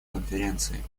конференции